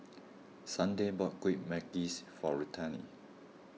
Sunday bought Kueh Manggis for Ruthanne